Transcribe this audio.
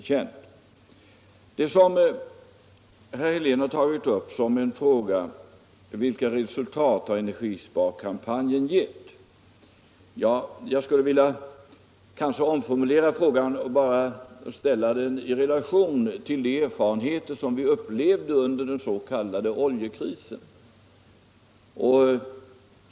Herr Helén har frågat: Vilka resultat har energisparkampanjen gett? Jag skulle vilja omformulera frågan och ställa den i relation till de erfarenheter vi gjorde under den s.k. oljekrisen.